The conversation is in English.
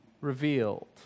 revealed